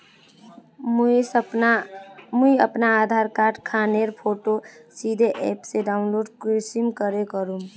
मुई अपना आधार कार्ड खानेर फोटो सीधे ऐप से डाउनलोड कुंसम करे करूम?